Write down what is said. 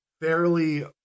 fairly